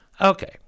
okay